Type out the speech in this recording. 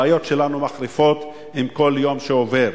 הבעיות שלנו מחריפות עם כל יום שעובר.